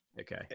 Okay